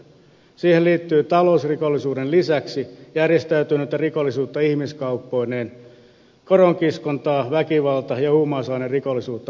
siihen liittyy talousrikollisuuden lisäksi muun muassa järjestäytynyttä rikollisuutta ihmiskauppoineen koronkiskontaa väkivalta ja huumausainerikollisuutta